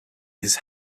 his